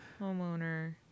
Homeowner